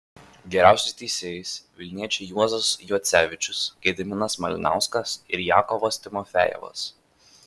geriausiais teisėjais vilniečiai juozas juocevičius gediminas malinauskas ir jakovas timofejevas